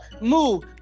Move